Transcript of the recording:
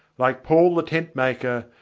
like paul the tentmaker,